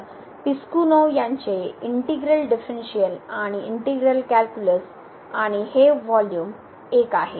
तर पिसकुनोव यांचे integral differential आणि इनटीगरल कॅल्क्युलस आणि हेव्ह व्हॉल्यूम 1 आहे